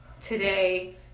today